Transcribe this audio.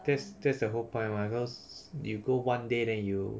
that's that's the whole point mah because you go one day then you